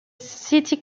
city